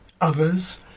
Others